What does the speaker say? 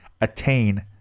attain